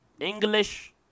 English